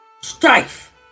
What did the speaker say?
Strife